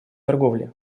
торговли